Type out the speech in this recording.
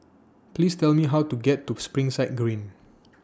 Please Tell Me How to get to Springside Green